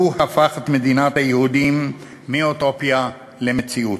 הוא הפך את מדינת היהודים מאוטופיה למציאות.